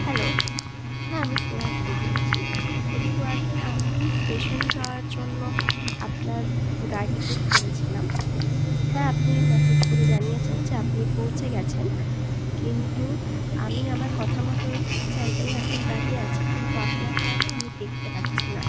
hello হ্যাঁ আমি স্নেহা বুরু বলছি একটু আগে আমি স্টেশন যাওয়ার জন্য আপনার গাড়ি বুক করেছিলাম হ্যাঁ আপনি মেসেজ করে জানিয়েছেন যে আপনি পৌঁছে গিয়েছেন কিন্তু আমি আমার কথা মতো ঠিক জায়গায় এখনও দাঁড়িয়ে আছি কিন্তু আপনাকে আর না আমি দেখতে পাচ্ছি না